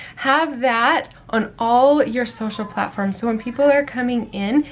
have that on all your social platforms, so when people are coming in,